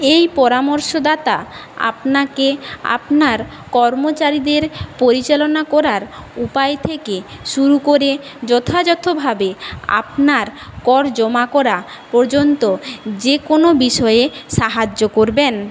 এই পরামর্শদাতা আপনাকে আপনার কর্মচারীদের পরিচালনা করার উপায় থেকে শুরু করে যথাযথভাবে আপনার কর জমা করা পর্যন্ত যে কোনো বিষয়ে সাহায্য করবেন